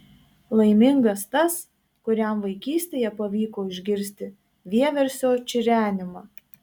laimingas tas kuriam vaikystėje pavyko išgirsti vieversio čirenimą